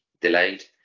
delayed